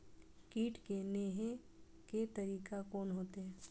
कीट के ने हे के तरीका कोन होते?